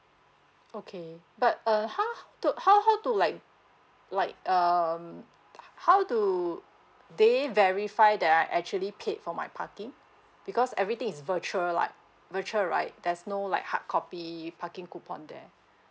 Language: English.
okay but err how how how to like like um how do they verify that I actually paid for my parking because everything is virtual like virtual right there's no like hard copy the parking coupon there